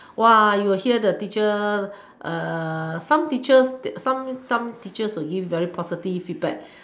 you'll hear the teacher some teacher some some teachers will give you very positive feedback